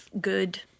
good